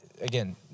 again